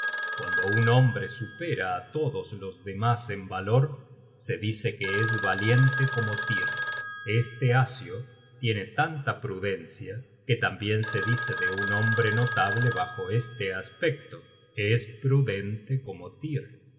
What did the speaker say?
guando un hombre supera á todos los demas en valor se dice que es valiente como tyr este asio tiene tanta prudencia que tambien se dice de un hombre notable bajo este aspecto es prudente como tyr